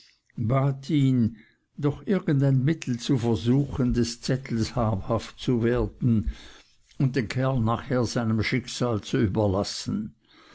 ihn doch irgendein mittel zu versuchen des zettels habhaft zu werden und den kerl nachher seinem schicksal zu überlassen